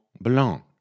Blanc